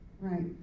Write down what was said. Right